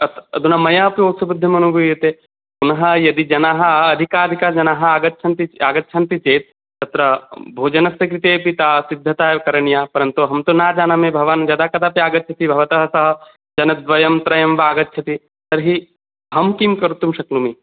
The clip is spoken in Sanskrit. अत् अधुना मया तु असौविध्यमनुभूयते पुनः यदि जनाः अधिकाधिकजनाः आगच्छन्ति आगच्छन्ति चेत् तत्र भोजनस्य कृतेऽपि सा सिद्धता करणीया परन्तु अहं तु ना जानामि भवान् यदा कदापि आगच्छति भवता सह जनद्वयं त्रयं वा आगच्छति तर्हि अहं किं कर्तुं शक्नोमि